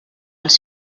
els